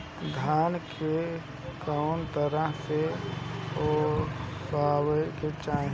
धान के कउन तरह से ओसावे के चाही?